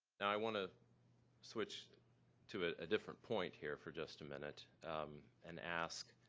now i want to switch to ah a different point here for just a minute and ask,